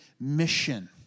mission